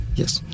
yes